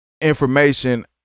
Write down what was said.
information